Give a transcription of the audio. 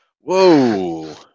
whoa